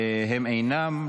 הם אינם.